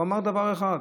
הוא אמר דבר אחד,